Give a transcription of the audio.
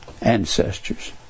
ancestors